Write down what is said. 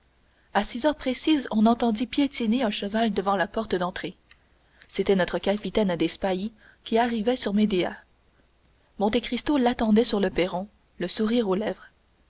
à six heures précises on entendit piétiner un cheval devant la porte d'entrée c'était notre capitaine des spahis qui arrivait sur médéah monte cristo l'attendait sur le perron le sourire aux lèvres